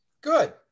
Good